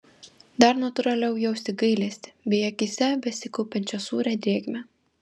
dar natūraliau jausti gailestį bei akyse besikaupiančią sūrią drėgmę